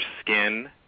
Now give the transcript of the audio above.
skin